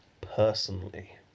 personally